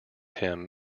him